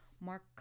Mark